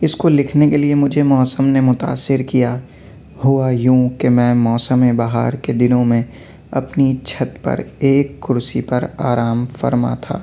اس کو لکھنے کے لیے مجھے موسم نے متأثر کیا ہوا یوں کہ میں موسم بہار کے دنوں میں اپنی چھت پر ایک کرسی پر آرام فرما تھا